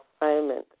assignment